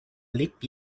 leap